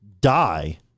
die